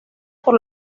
por